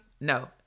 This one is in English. no